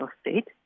state